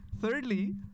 thirdly